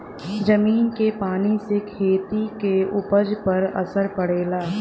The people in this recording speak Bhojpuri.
जमीन के पानी से खेती क उपज पर असर पड़ेला